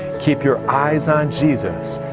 keep your eyes on jesus,